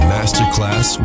Masterclass